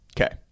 Okay